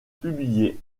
publiés